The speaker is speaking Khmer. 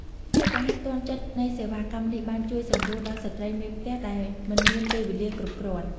ភាពរហ័សទាន់ចិត្តនៃសេវាកម្មនេះបានជួយសម្រួលដល់ស្ត្រីមេផ្ទះដែលមិនមានពេលវេលាគ្រប់គ្រាន់។